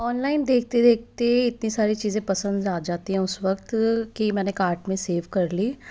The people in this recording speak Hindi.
ऑनलाइन देखते देखते इतनी सारी चीज़ें पसंद आ जाती हैं उस वक़्त कि मैंने कार्ट में सेफ कर ली